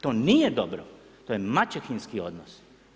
To nije dobro, to je mačehinski odnos.